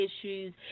issues